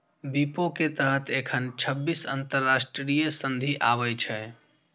विपो के तहत एखन छब्बीस अंतरराष्ट्रीय संधि आबै छै